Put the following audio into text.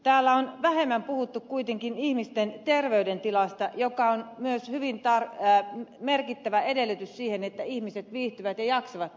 täällä on vähemmän puhuttu kuitenkin ihmisten terveydentilasta joka on myös hyvin merkittävä edellytys sille että ihmiset viihtyvät ja jaksavat työelämässä